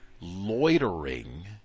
loitering